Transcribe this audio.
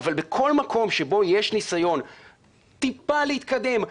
אבל בכל מקום שבו יש ניסיון טיפה להתקדם,